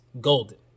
golden